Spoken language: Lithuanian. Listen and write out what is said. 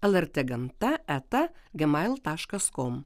lrt gamta eta gmail taškas kom